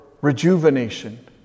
rejuvenation